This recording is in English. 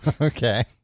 Okay